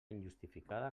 injustificada